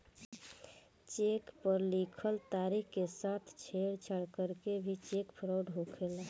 check पर लिखल तारीख के साथ छेड़छाड़ करके भी चेक फ्रॉड होखेला